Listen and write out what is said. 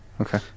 okay